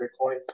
Bitcoin